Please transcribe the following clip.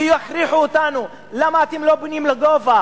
ויכריחו אותנו, למה אתם לא בונים לגובה?